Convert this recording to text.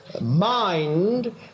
mind